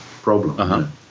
problem